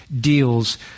deals